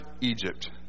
Egypt